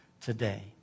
today